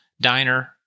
Diner